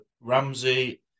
Ramsey